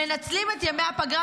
מנצלים את ימי הפגרה,